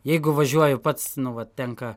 jeigu važiuoju pats nu vat tenka